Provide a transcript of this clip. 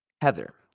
Heather